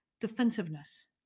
defensiveness